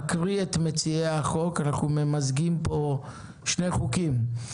אקריא את מציעי החוק, אנחנו ממזגים פה שני חוקים.